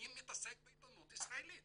בעיתונות ישראלית